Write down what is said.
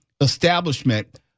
establishment